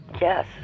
Yes